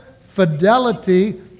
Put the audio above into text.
fidelity